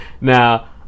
Now